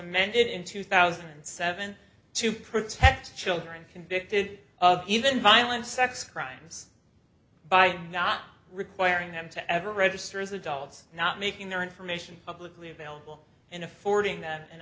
amended in two thousand and seven to protect children convicted of even violent sex crimes by not requiring them to ever register as adults not making their information publicly available and affording them an